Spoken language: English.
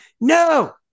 no